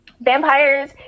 vampires